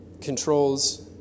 controls